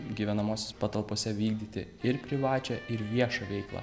gyvenamosiose patalpose vykdyti ir privačiai ir viešą veiklą